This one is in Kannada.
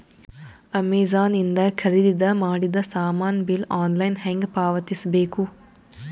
ಅಮೆಝಾನ ಇಂದ ಖರೀದಿದ ಮಾಡಿದ ಸಾಮಾನ ಬಿಲ್ ಆನ್ಲೈನ್ ಹೆಂಗ್ ಪಾವತಿಸ ಬೇಕು?